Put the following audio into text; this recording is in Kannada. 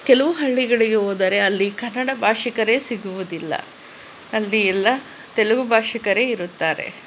ಕೆಲವು ಹಳ್ಳಿಗಳಿಗೆ ಹೋದರೆ ಅಲ್ಲಿ ಕನ್ನಡ ಭಾಷಿಕರೇ ಸಿಗುವುದಿಲ್ಲ ಅಲ್ಲಿ ಎಲ್ಲಾ ತೆಲುಗು ಭಾಷಿಕರೇ ಇರುತ್ತಾರೆ